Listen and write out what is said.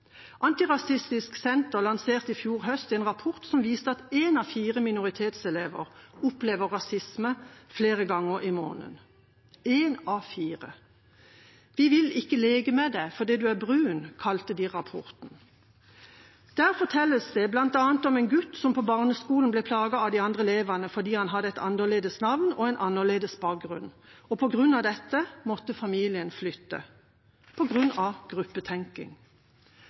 Antirasistisk Senter lanserte i fjor høst en rapport som viste at én av fire minoritetselever opplever rasisme flere ganger i måneden – én av fire! «Vi vil ikke leke med deg fordi du er brun», kalte de rapporten. Der fortelles det bl.a. om en gutt som på barneskolen ble plaget av de andre elevene fordi han hadde et annerledes navn og en annerledes bakgrunn. På grunn av dette måtte familien flytte